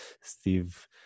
Steve